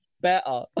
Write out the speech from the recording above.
better